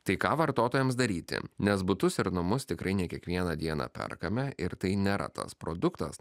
tai ką vartotojams daryti nes butus ir namus tikrai ne kiekvieną dieną perkame ir tai nėra tas produktas